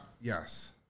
Yes